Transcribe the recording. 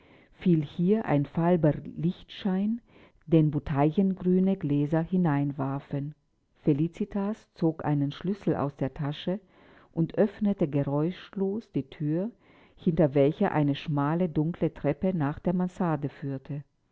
fiel hier ein falber lichtschein den bouteillengrüne gläser hineinwarfen felicitas zog einen schlüssel aus der tasche und öffnete geräuschlos die thür hinter welcher eine schmale dunkle treppe nach der mansarde führte